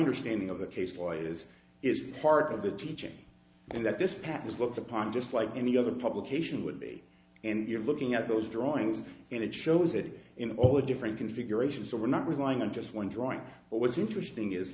understanding of the case lawyers is part of the teaching and that this path was looked upon just like any other publication would be and you're looking at those drawings and it shows that in all the different configurations or not relying on just one drawing what was interesting is